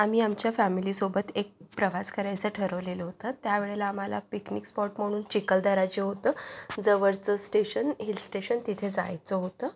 आम्ही आमच्या फॅमिलीसोबत एक प्रवास करायचा ठरवलेलं होतं त्यावेळेला आम्हाला पिकनिक स्पॉट म्हणून चिखलदरा जे होतं जवळचं स्टेशन हिलस्टेशन तिथे जायचं होतं